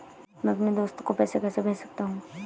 मैं अपने दोस्त को पैसे कैसे भेज सकता हूँ?